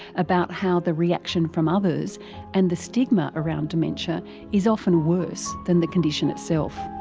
about how the reaction from others and the stigma around dementia is often worse than the condition itself.